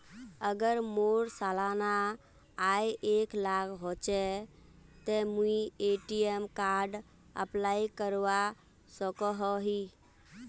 अगर मोर सालाना आय एक लाख होचे ते मुई ए.टी.एम कार्ड अप्लाई करवा सकोहो ही?